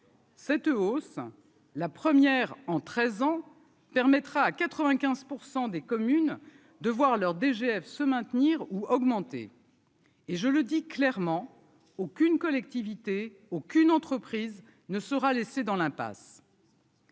7 E au, la première en 13 ans permettra à 95 % des communes de voir leur DGF se maintenir ou augmenter. Et je le dis clairement : aucune collectivité aucune entreprise ne sera laissé dans l'impasse.